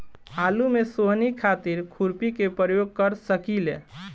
आलू में सोहनी खातिर खुरपी के प्रयोग कर सकीले?